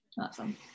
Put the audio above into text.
Awesome